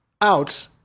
out